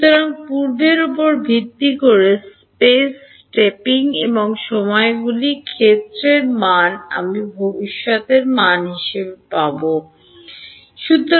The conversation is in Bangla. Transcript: সুতরাং পূর্বের উপর ভিত্তি করে স্পেস স্টেপিং এবং সময়গুলি ক্ষেত্রের মান আমি ভবিষ্যতের মান পাব এবং